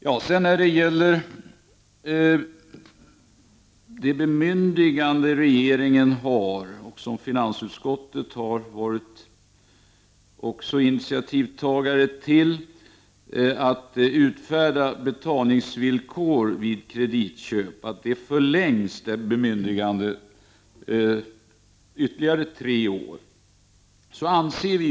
Utskottsmajoriteten föreslår att det bemyndigande som regeringen har att utfärda betalningsvillkor vid kreditköp, som tillkom på finansutskottets förslag, förlängs ytterligare tre år.